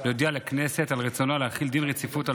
להודיע לכנסת על רצונה להחיל דין רציפות על